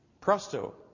Presto